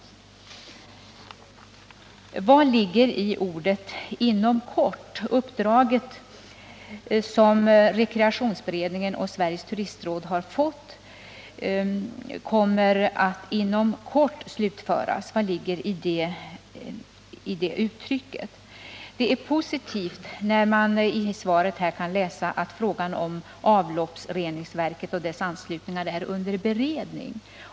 Statsrådet säger i sitt svar bl.a. att rekreationsberedningen och Sveriges turistråd har fått ett uppdrag, som inom kort kommer att slutföras. Vad menas med orden ”inom kort” i det sammanhanget? Det var positivt att i svaret få höra att frågan om avloppsreningsverket och dess anslutningar är under beredning.